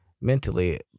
mentally